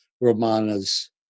Romana's